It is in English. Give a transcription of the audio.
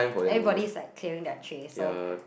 everybody is like clearing their tray so